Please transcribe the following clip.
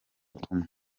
kumwe